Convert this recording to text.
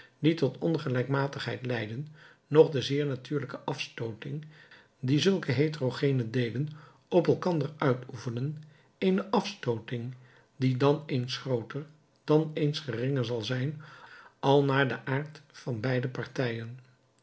die tot ongelijkmatigheid leiden nog de zeer natuurlijke afstooting die zulke heterogene deelen op elkander uitoefenen eene afstooting die dan eens grooter dan eens geringer zal zijn al naar gelang van den aard van beide partijen